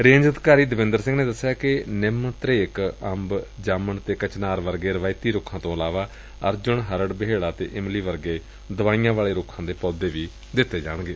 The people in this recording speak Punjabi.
ਰੇਜ ਅਧਿਕਾਰੀ ਦੇਵਿਂਦਰ ਸਿੰਘ ਨੇ ਦਸਿਆ ਕਿ ਨਿੰਮ ਧਰੇਕ ਅੰਬ ਜਾਮੁਨ ਤੇ ਕਚਨਾਰ ਵਰਗੇ ਰਵਾਇਤੀ ਰੁੱਖਾਂ ਤੋ ਇਲਾਵਾ ਅਰਜੁਨ ਹਰੜ ਬਹੇੜਾ ਤੇ ਇਮਲੀ ਵਰਗੇ ਦਵਾਈਆਂ ਵਾਲੇ ਰੱਖਾਂ ਦੇ ਪੌਦੇ ਵੀ ਦਿੱਤੇ ਜਾਣਗੇ